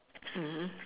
mm